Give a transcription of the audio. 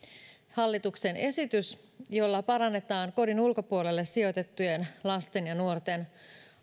hallituksen esityksestä jolla parannetaan kodin ulkopuolelle sijoitettujen lasten ja nuorten